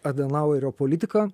adenauerio politika